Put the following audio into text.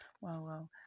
wow